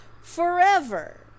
forever